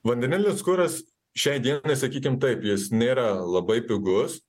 vandenilis kuras šiai dienai sakykim taip jis nėra labai pigus